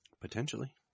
Potentially